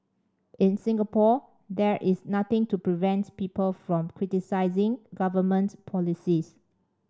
in Singapore there is nothing to prevent people from criticising government policies